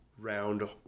round